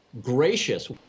gracious